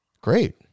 Great